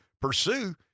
pursue